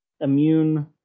immune